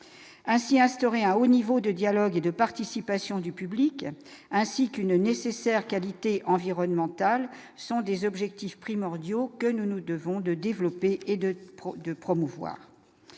ainsi instauré à haut niveau de dialogue et de participation du public ainsi qu'une nécessaire qualités environnementales sont des objectifs primordiaux que nous nous devons de développer et de de promouvoir